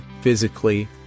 physically